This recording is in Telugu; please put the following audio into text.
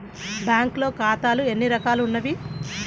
బ్యాంక్లో ఖాతాలు ఎన్ని రకాలు ఉన్నావి?